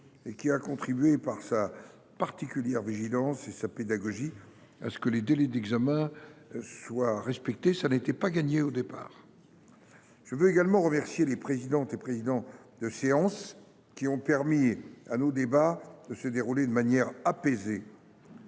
Il a contribué par sa particulière vigilance et sa pédagogie à ce que les temps d’examens soient respectés, ce qui n’était pas gagné au départ. Je veux également remercier les présidentes et les présidents de séance, qui ont permis que nos débats se déroulent de manière apaisée.